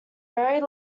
very